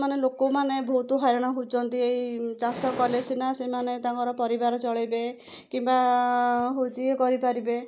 ମାନେ ଲୋକମାନେ ବହୁତ ହଇରାଣ ହଉଛନ୍ତି ଏଇ ଚାଷ କଲେ ସିନା ସେମାନେ ତାଙ୍କର ପରିବାର ଚଳେଇବେ କିମ୍ବା ହଉଛି ଇଏ କରିପାରିବେ